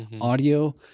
audio